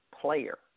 player